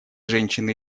женщины